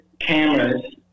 cameras